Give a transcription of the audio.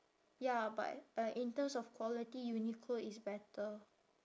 ya but but in terms of quality Uniqlo is better